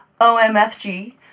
OMFG